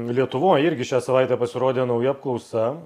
lietuvoj irgi šią savaitę pasirodė nauja apklausa